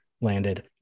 landed